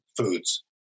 foods